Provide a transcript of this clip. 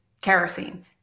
kerosene